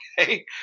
okay